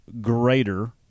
Greater